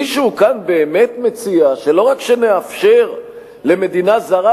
מישהו כאן באמת מציע שלא רק שנאפשר למדינה זרה